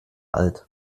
alt